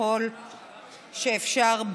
ככל שאפשר,